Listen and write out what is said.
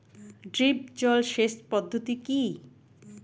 Drip জল সেচ পদ্ধতি কি?